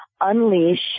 unleash